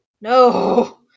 no